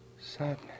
sadness